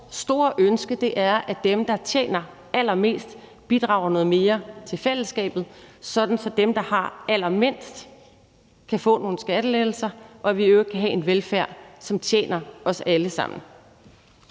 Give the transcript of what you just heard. vores store ønske, er, at dem, der tjener allermest, bidrager med noget mere til fællesskabet, sådan at dem, der har allermindst, kan få nogle skattelettelser, og at vi i øvrigt kan have en velfærd, som tjener os alle sammen.